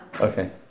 Okay